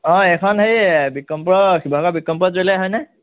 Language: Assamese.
অ এইখন হেৰি বিক্ৰমপুৰৰ শিৱসাগৰৰ বিক্ৰমপুৰৰ জুৱেলাৰী হয়নে